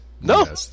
No